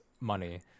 money